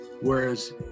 Whereas